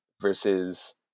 versus